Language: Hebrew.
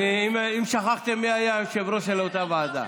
זה אני, אם שכחתם מי היה היושב-ראש של אותה ועדה.